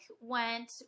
went